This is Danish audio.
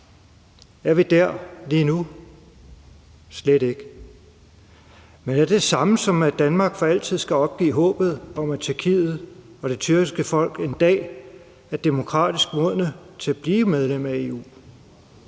Er vi dér lige nu? Slet ikke. Men er det det samme, som at Danmark for altid skal opgive håbet om, at Tyrkiet og det tyrkiske folk en dag er demokratisk modne til at blive medlem af EU?